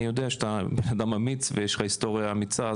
אני יודע שאתה אדם אמיץ ויש לך היסטוריה אמיצה,